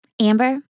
Amber